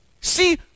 See